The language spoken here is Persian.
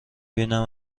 بینم